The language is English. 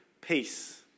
peace